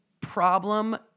problem